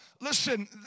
listen